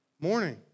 morning